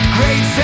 Great